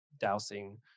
dousing